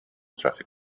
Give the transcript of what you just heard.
traffic